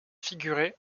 figuré